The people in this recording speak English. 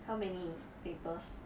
how many papers